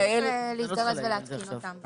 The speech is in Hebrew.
לכן צריך להזדרז ולהתקין אותן.